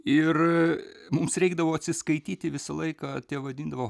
ir mums reikdavo atsiskaityti visą laiką tie vadindavo